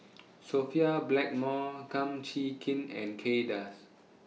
Sophia Blackmore Kum Chee Kin and Kay Das